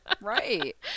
Right